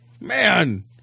Man